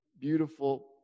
beautiful